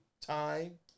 time